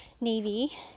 Navy